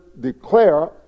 declare